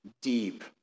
deep